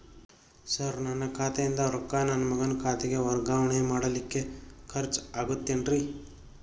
Sir ನನ್ನ ಖಾತೆಯಿಂದ ರೊಕ್ಕ ನನ್ನ ಮಗನ ಖಾತೆಗೆ ವರ್ಗಾವಣೆ ಮಾಡಲಿಕ್ಕೆ ಖರ್ಚ್ ಆಗುತ್ತೇನ್ರಿ?